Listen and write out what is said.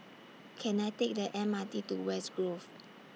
Can I Take The M R T to West Grove